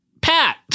Pat